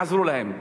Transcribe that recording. תעזרו להם.